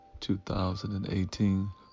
2018